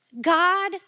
God